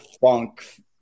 funk